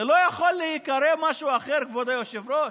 זה לא יכול להיקרא משהו אחר, כבוד היושב-ראש.